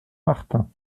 martin